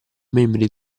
membri